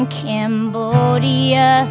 cambodia